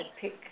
pick